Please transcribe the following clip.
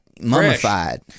mummified